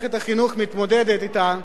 שמערכת החינוך מתמודדת אתה,